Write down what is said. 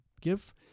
Give